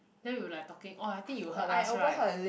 then we like talking oh I think you heard us right